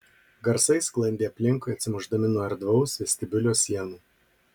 garsai sklandė aplinkui atsimušdami nuo erdvaus vestibiulio sienų